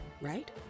right